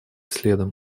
следом